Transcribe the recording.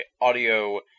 Audio